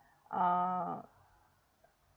err